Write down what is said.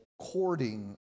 courting